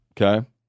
Okay